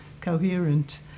coherent